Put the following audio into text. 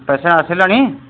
patient ଆସିଲେଣି